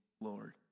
Lord